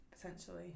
potentially